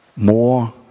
more